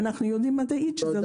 ואנחנו יודעים מדעית שזה לא.